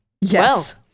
Yes